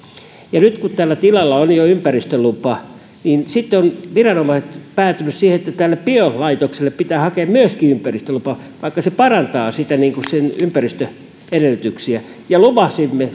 ja nyt vaikka tällä tilalla on jo ympäristölupa viranomaiset ovat sitten päätyneet siihen että tälle biolaitokselle pitää hakea myöskin ympäristölupa vaikka se parantaa sen tilan ympäristöedellytyksiä lupasimme